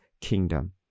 kingdom